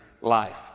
life